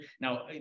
Now